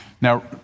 Now